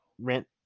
rent